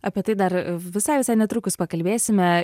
apie tai dar visai visai netrukus pakalbėsime